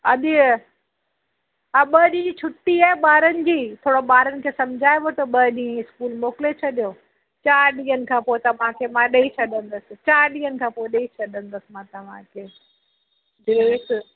अॼु हा ॿ ॾींहं जी छुटी आहे ॿारनि जी थोरो ॿारनि खे समुझाए वठो ॿ ॾींहं इअं इस्कूल मोकिले छॾियो चारि ॾींहंनि खां पोइ असां तव्हांखे मां ॾेई छॾंदसि चारि ॾींहंनि खां पोइ ॾेई छॾंदसि मां तव्हांखे ड्रेस